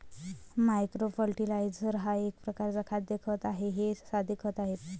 micro fertiliser हा एक प्रकारचा खाद्य खत आहे हे साधे खते आहेत